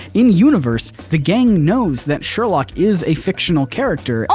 in universe the gang knows that sherlock is a fictional character.